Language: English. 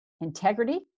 integrity